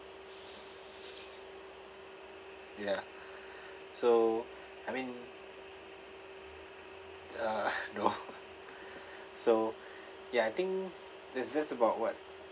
ya so I mean uh no so ya I think that's that's about what